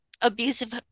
abusive